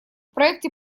проекте